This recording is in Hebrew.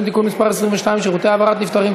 (תיקון מס' 22) (שירותי העברת נפטרים),